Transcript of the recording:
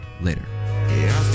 later